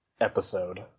episode